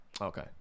okay